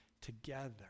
together